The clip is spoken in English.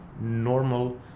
normal